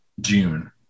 June